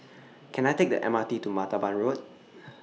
Can I Take The M R T to Martaban Road